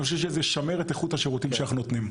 אני חושב שזה יישמר את איכות השירותים שאנחנו נותנים.